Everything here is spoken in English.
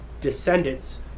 descendants